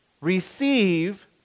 receive